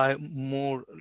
more